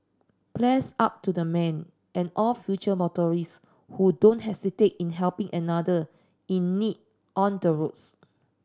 bless up to the man and all future motorists who don't hesitate in helping another in need on the roads